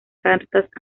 cartas